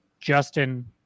Justin